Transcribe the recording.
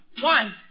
One